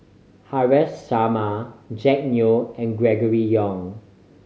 Haresh Sharma Jack Neo and Gregory Yong